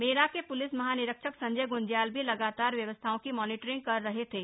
मेला के पुलिस महानिरीक्षक संजय ग्रंज्याल भी लगातार व्यवस्थाओं की मॉनिटरिंग कर रहे थे